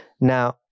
Now